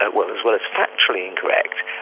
ah well, as well as factually incorrect,